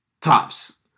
Tops